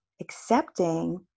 accepting